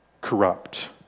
corrupt